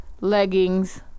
leggings